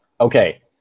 Okay